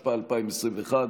התשפ"א 2021,